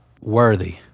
worthy